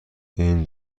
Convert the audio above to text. این